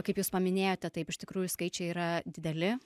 kaip jūs paminėjote taip iš tikrųjų skaičiai yra dideli